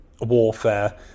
warfare